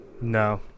no